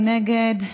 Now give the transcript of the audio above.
מי נגד,